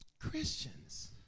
Christians